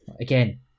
Again